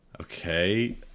okay